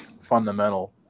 fundamental